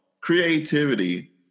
creativity